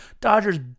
Dodgers